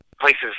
places